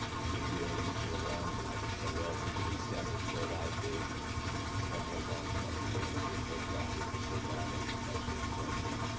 mr. ewing and mr. lorenz and i just said, well, if we can extend this go live date one more month, i'd be willing for the clerk's office to take on those extra expenses.